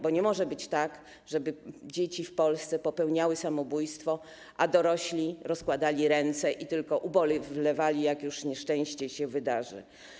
Bo nie może być tak, żeby dzieci w Polsce popełniały samobójstwo, a dorośli rozkładali ręce i tylko ubolewali, jak już nieszczęście się wydarzy.